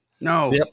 No